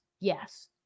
Yes